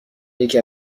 یکی